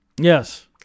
Yes